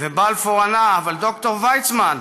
בלפור השיב: אבל ד"ר ויצמן,